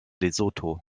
lesotho